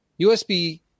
USB